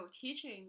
teaching